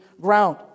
ground